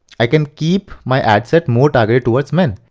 i can keep my ad set more targeted towards men.